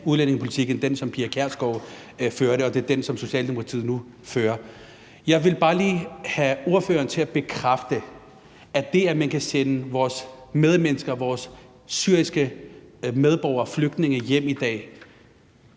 udlændingepolitik end den, som Pia Kjærsgaard førte, og det er den, som Socialdemokratiet nu fører. Jeg vil bare lige have ordføreren til at bekræfte, at det, at man kan sende vores medmennesker, vores syriske medborgere og flygtninge hjem i dag,